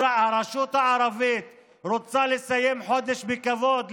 הרשות הערבית רוצה לסיים חודש בכבוד,